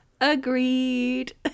Agreed